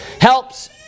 Helps